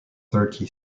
thirty